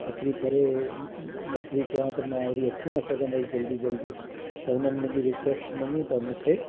एतिरी परे नौकिरी कया थो मां वरी अची न सघंदुसि जल्दी जल्दी त उन्हनि मुंहिंजी रिक्वेस्ट मञी त मूंखे